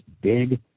big